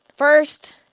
First